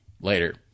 Later